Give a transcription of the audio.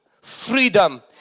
freedom